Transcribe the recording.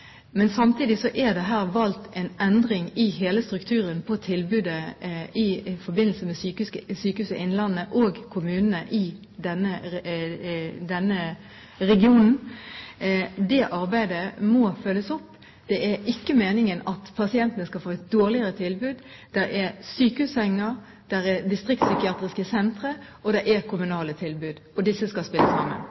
men samtidig er det her valgt en endring i hele strukturen på tilbudet i forbindelse med Sykehuset Innlandet og kommunene i denne regionen. Det arbeidet må følges opp. Det er ikke meningen at pasientene skal få et dårligere tilbud. Det er sykehussenger, det er distriktspsykiatriske sentre, og det er kommunale tilbud. Disse skal spille sammen.